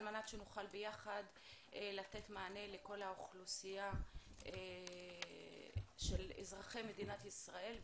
על מנת שנוכל ביחד לתת מענה לכל האוכלוסייה של אזרחי מדינת ישראל,